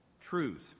truth